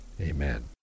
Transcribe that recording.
amen